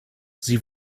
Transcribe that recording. sie